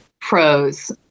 pros